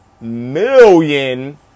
million